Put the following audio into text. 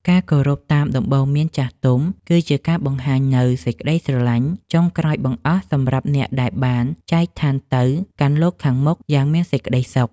ការគោរពតាមដំបូន្មានចាស់ទុំ គឺជាការបង្ហាញនូវសេចក្តីស្រឡាញ់ចុងក្រោយបង្អស់សម្រាប់អ្នកដែលបានចែកឋានទៅកាន់លោកខាងមុខយ៉ាងមានសេចក្តីសុខ។